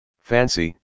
Fancy